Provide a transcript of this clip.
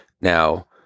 Now